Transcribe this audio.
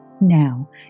Now